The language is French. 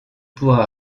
pourra